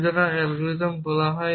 সুতরাং অ্যালগরিদম বলা হয়